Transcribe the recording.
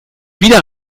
wieder